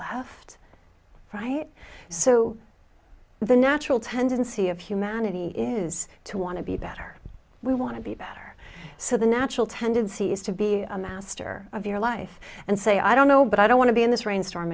slashed right so the natural tendency of humanity is to want to be better we want to be better so the natural tendency is to be a master of your life and say i don't know but i don't want to be in this rainstorm